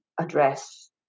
address